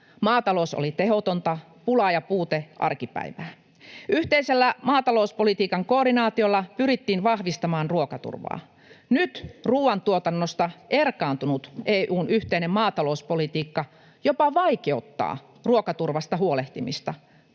Maatalous oli tehotonta, pula ja puute arkipäivää. Yhteisellä maatalouspolitiikan koordinaatiolla pyrittiin vahvistamaan ruokaturvaa. Nyt ruuantuotannosta erkaantunut EU:n yhteinen maatalouspolitiikka jopa vaikeuttaa ruokaturvasta huolehtimista